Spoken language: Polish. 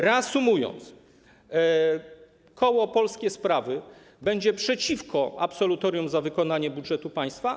Reasumując, koło Polskie Sprawy będzie przeciwko absolutorium w związku z wykonaniem budżetu państwa.